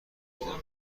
میدم